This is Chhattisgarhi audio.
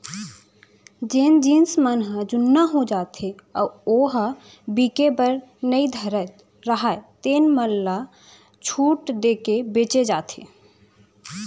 जेन जिनस मन ह जुन्ना हो जाथे अउ ओ ह बिके बर नइ धरत राहय तेन मन ल छूट देके बेचे जाथे